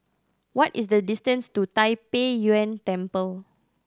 what is the distance to Tai Pei Yuen Temple